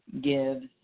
gives